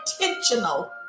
intentional